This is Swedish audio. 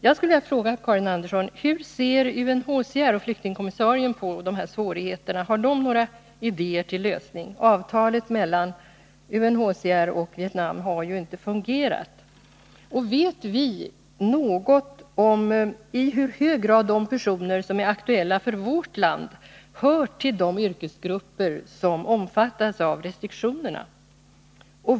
Jag skulle vilja fråga Karin Andersson: Hur ser UNHCR och flyktingkommissarien på de här svårigheterna? Har de några idéer till lösning? Avtalet mellan UNHCR och Vietnam har ju inte fungerat. Vet vi något om i hur hög grad de personer som är aktuella för vårt land hör till de yrkesgrupper som omfattas av restriktionerna?